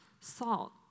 salt